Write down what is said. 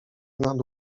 nad